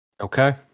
Okay